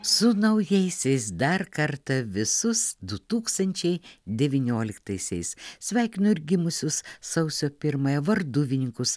su naujaisiais dar kartą visus du tūkstančiai devynioliktaisiais sveikinu ir gimusius sausio pirmąją varduvininkus